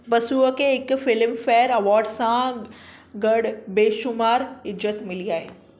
बसूअ खे हिकु Filmfare award सां गॾु बेशुमारु इज़त मिली आहे